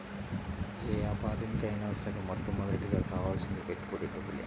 యే యాపారానికైనా సరే మొట్టమొదటగా కావాల్సింది పెట్టుబడి డబ్బులే